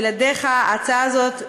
בלעדיך ההצעה הזאת,